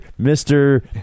Mr